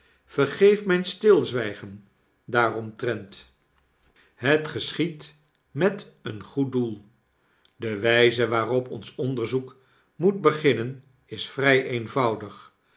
vergeef myn stilzwygen daaromtrent het geschiedt met een goed doel de wyze waarop ons onderzoek moet beginnen is vrij eenvoudig